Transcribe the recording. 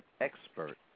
expert